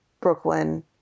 Brooklyn